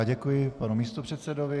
Děkuji panu místopředsedovi.